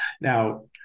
Now